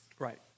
Right